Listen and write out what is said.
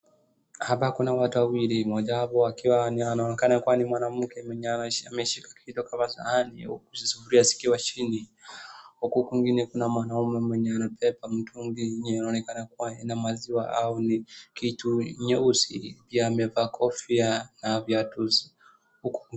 Hapa kuna watu wawili, mmoja hapo akiwa anaonekana ni mwanamke, mwenye ameshika kitu kama sahani huku sufuria zikiwa chini. Huku mwingine kuna mwanaume mwenye anabeba mtungi yenye inaonekana kuwa ina maziwa au ni kitu nyeusi. Pia amevaa kofia na viatu huko.